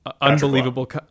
Unbelievable